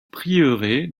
prieuré